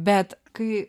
bet kai